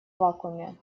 вакууме